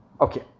Okay